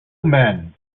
man